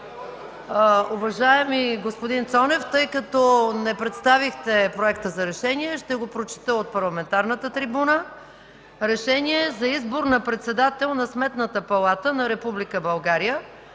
Уважаеми господин Цонев, тъй като не представихте проекта за решение, ще го прочета от парламентарната трибуна: „РЕШЕНИЕ за избор на председател на Сметната палата на Република